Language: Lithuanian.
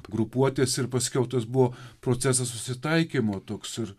grupuotės ir paskiau tas buvo procesas susitaikymo toks ir